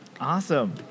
Awesome